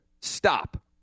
stop